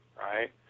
right